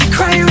Cry